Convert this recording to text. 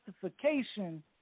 justification